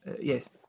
Yes